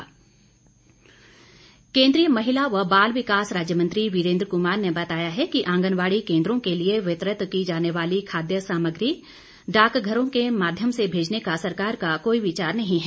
वीरेंद्र कश्यप केंद्रीय महिला व बाल विकास राज्य मंत्री वीरेंद्र कुमार ने बताया है कि आंगनबाड़ी केंद्रो के लिए वितरित की जाने वाली खाद्य सामग्री डाकघरों के माध्यम से भेजने का सरकार का कोई विचार नहीं है